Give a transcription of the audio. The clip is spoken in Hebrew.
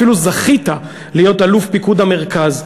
אפילו זכית להיות אלוף פיקוד המרכז,